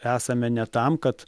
esame ne tam kad